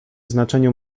znaczeniu